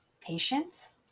patience